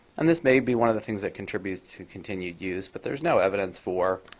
and this may be one of the things that contributes to continued use. but there's no evidence for